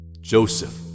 Joseph